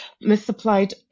misapplied